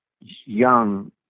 young